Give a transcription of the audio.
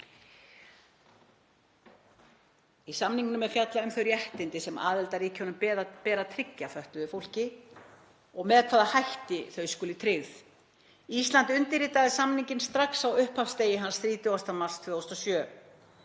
„Í samningnum er fjallað um þau réttindi sem aðildarríkjum ber að tryggja fötluðu fólki og með hvaða hætti þau skuli tryggð. Ísland undirritaði samninginn strax á upphafsdegi hans, 30. mars 2007.“